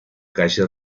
calle